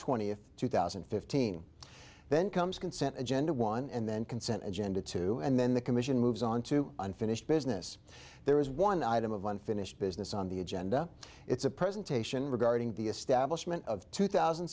twentieth two thousand and fifteen then comes consent agenda one and then consent agenda two and then the commission moves on to unfinished business there is one item of unfinished business on the agenda it's a presentation regarding the establishment of two thousand